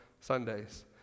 Sundays